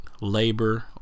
labor